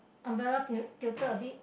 umbrella til~ tilted a bit